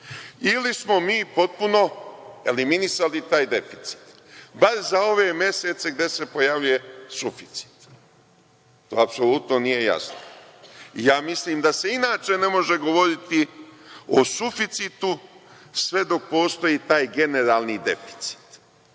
ili smo mi potpuno eliminisali taj deficit, bar za ove mesece gde se pojavljuje suficit. To apsolutno nije jasno. Mislim da se inače ne može govoriti o suficitu sve dok postoji taj generalni deficit